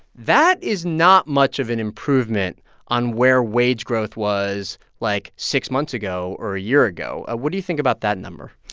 that is not much of an improvement on where wage growth was, like, six months ago or a year ago. ah what do you think about that number?